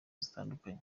zitandukanye